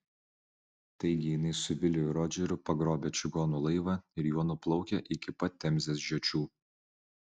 taigi jinai su viliu ir rodžeriu pagrobę čigonų laivą ir juo nuplaukę iki pat temzės žiočių